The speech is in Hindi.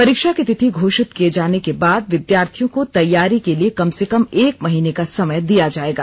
परीक्षा की तिथि घोषित किए जाने के बाद विद्यार्थियों को तैयारी के लिए कम से कम एक महीने का समय दिया जाएगा